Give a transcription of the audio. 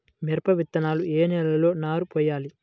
మిరప విత్తనాలు ఏ నెలలో నారు పోయాలి?